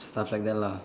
stuff like that lah